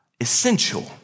essential